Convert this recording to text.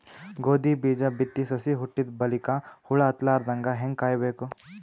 ಗೋಧಿ ಬೀಜ ಬಿತ್ತಿ ಸಸಿ ಹುಟ್ಟಿದ ಬಲಿಕ ಹುಳ ಹತ್ತಲಾರದಂಗ ಹೇಂಗ ಕಾಯಬೇಕು?